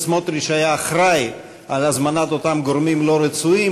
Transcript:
סמוטריץ היה אחראי להזמנת אותם גורמים לא רצויים,